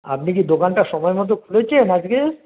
আপনি কি দোকানটা সময়মতো খুলেছেন আজকে